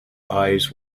eyes